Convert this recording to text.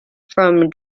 from